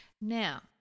Now